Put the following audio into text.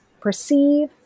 perceive